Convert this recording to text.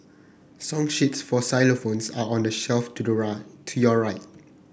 song sheets for xylophones are on the shelf to the right to your right